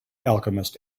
alchemist